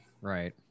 Right